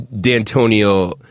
d'antonio